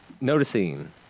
Noticing